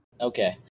Okay